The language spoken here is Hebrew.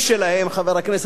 היו עובדים לא טובים.